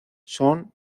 son